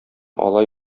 алай